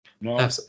no